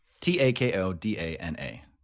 T-A-K-O-D-A-N-A